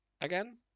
again